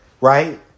right